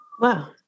Wow